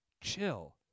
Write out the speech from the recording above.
chill